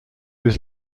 was